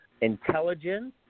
intelligence